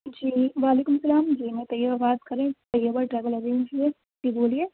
جی وعلیکم السّلام جی میں طیبہ بات کر رہی ہوں طیبہ ٹریول ایجنسی سے جی بولیے